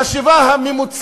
אני אבוא